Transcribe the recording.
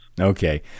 Okay